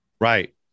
Right